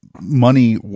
money